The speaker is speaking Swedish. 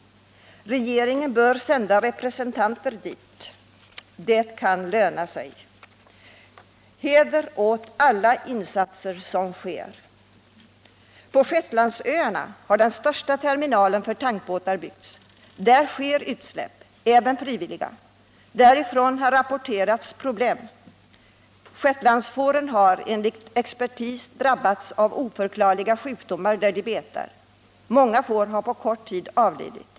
Regeringen bör sända representanter till dessa länder. Det kan löna sig. Heder åt alla insatser på detta område. På Shetlandsöarna har den största terminalen för tankbåtar byggts. Där sker utsläpp, även frivilliga. Därifrån har rapporterats problem. Shetlandsfåren har enligt expertis drabbats av oförklarliga sjukdomar där de betar. Många får har på kort tid avlidit.